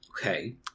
Okay